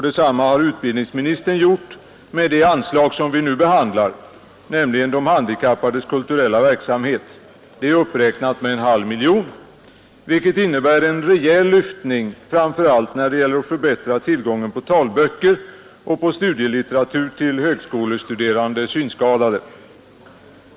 Detsamma har utbildningsministern gjort med det anslag som vi nu behandlar, nämligen bidraget till de handikappades kulturella verksamhet. Det anslaget är uppräknat med en halv miljon, vilket innebär en rejäl lyftning framför allt när det gäller att förbättra tillgången på talböcker och studielitteratur till högskolestuderande synskadade.